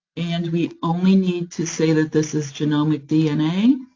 and we only need to say that this is genomic dna,